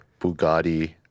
Bugatti